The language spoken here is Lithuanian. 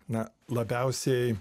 na labiausiai